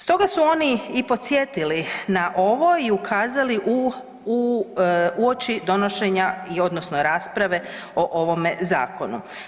Stoga su oni i podsjetili na ovo i ukazali uoči donošenja, odnosno rasprave o ovome zakonu.